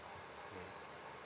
mm